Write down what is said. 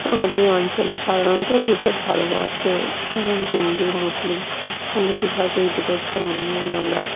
আমাদের এই অঞ্চলে সাধারণত দুটো ধর্ম আছে হিন্দু মুসলিম বেশিরভাগই এই দুটো ধর্ম নিয়েই আমরা